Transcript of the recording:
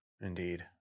indeed